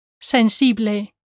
Sensible